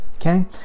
okay